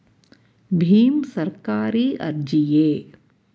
ಭೀಮ್ ಸರ್ಕಾರಿ ಅರ್ಜಿಯೇ?